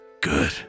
Good